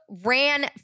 ran